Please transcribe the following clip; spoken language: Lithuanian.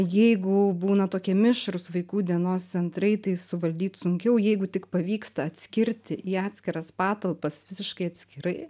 jeigu būna tokie mišrūs vaikų dienos centrai tai suvaldyt sunkiau jeigu tik pavyksta atskirti į atskiras patalpas visiškai atskirai